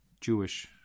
Jewish